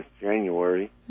January